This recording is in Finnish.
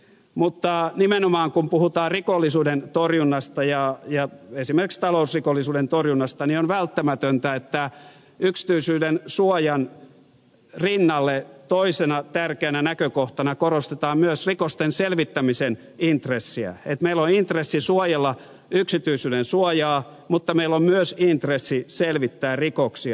mutta nimenomaan kun puhutaan rikollisuuden torjunnasta esimerkiksi talousrikollisuuden torjunnasta on välttämätöntä että yksityisyyden suojan rinnalla toisena tärkeänä näkökohtana korostetaan myös rikosten selvittämisen intressiä että meillä on intressi suojella yksityisyyttä mutta meillä on myös intressi selvittää rikoksia